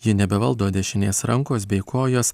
ji nebevaldo dešinės rankos bei kojos